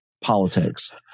politics